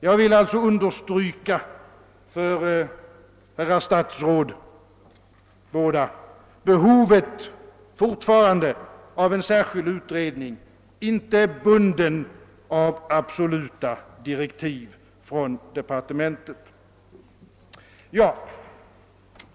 Jag vill alltså understryka för herrar statsråd att det fortfarande finns behov av en särskild utredning, inte bunden av absoluta direktiv från departementet.